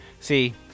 see